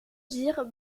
dires